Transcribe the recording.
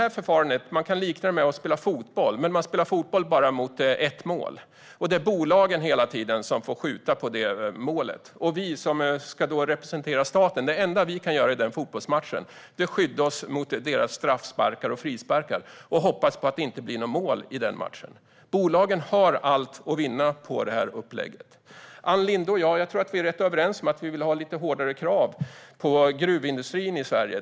Man kan likna detta förfarande vid att spela fotboll. Man spelar dock bara mot ett mål, och det är hela tiden bolagen som får skjuta mot målet. Det enda vi som ska representera staten kan göra i den fotbollsmatchen är att skydda oss mot deras straffsparkar och frisparkar och hoppas på att det inte blir några mål. Bolagen har allt att vinna på detta upplägg. Ann Linde och jag är nog rätt överens om att vi vill ha lite hårdare krav på gruvindustrin i Sverige.